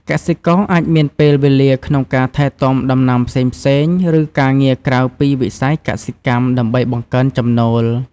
កសិករអាចមានពេលវេលាក្នុងការថែទាំដំណាំផ្សេងៗ ឬការងារក្រៅពីវិស័យកសិកម្មដើម្បីបង្កើនចំណូល។